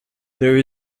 there